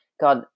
God